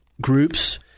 groups